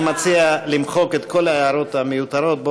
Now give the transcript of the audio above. אני מציע למחוק את כל ההערות המיותרות.